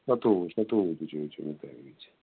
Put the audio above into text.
ستوُہ ستوُہ دیٖژیوٚوُے ژےٚ مےٚ تَمہِ وِزِ